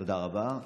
תודה רבה.